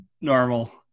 normal